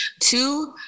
two